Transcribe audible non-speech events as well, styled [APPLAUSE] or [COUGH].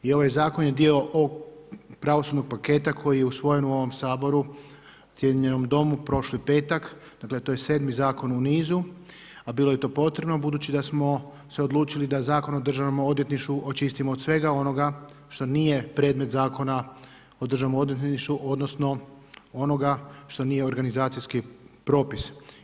I ovaj zakon je dio ovog pravosudnog paketa koji je usvojen u ovom Saboru … [UNINTELLIGIBLE] domu prošli petak, dakle, to je 7 zakon u nizu, a bilo je to potrebno, budući da smo se odlučili da Zakon o Državnom odvjetništvu, očistimo od svega onoga što nije predmet zakona o Državnom odvjetništvu, odnosno, onoga što nije organizacijski propis.